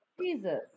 Jesus